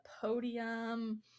podium